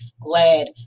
glad